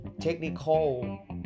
technical